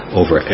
over